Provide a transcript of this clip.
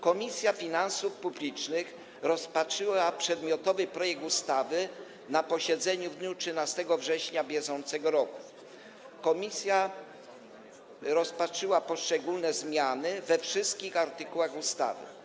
Komisja Finansów Publicznych rozpatrzyła przedmiotowy projekt ustawy na posiedzeniu w dniu 13 września br. Komisja rozpatrzyła poszczególne zmiany we wszystkich artykułach ustawy.